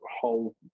whole